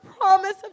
promise